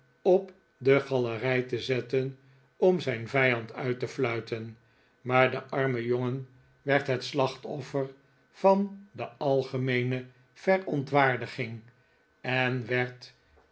op de galerij te zetten om'zijn vijand uit te fluiten maar de arme jongen werd het slachtoffer van de algemeene verontwaardiging en werd